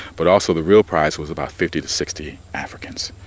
but also the real prize was about fifty to sixty africans,